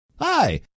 Hi